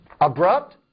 abrupt